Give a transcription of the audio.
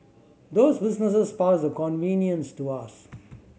those businesses pass the convenience to us